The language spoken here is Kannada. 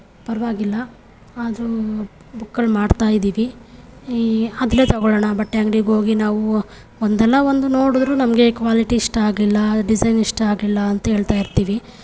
ಪರವಾಗಿಲ್ಲ ಆದರೂ ಬುಕ್ಗಳು ಮಾಡ್ತಾಯಿದ್ದೀವಿ ಈ ಅದರಲ್ಲೇ ತಗೊಳ್ಳೋಣ ಬಟ್ಟೆ ಅಂಗ್ಡಿಗೆ ಹೋಗಿ ನಾವು ಒಂದಲ್ಲ ಒಂದು ನೋಡಿದ್ರು ನಮಗೆ ಕ್ವಾಲಿಟಿ ಇಷ್ಟ ಆಗಲಿಲ್ಲ ಡಿಝೈನ್ ಇಷ್ಟ ಆಗಲಿಲ್ಲ ಅಂತ ಹೇಳ್ತಾಯಿರ್ತೀವಿ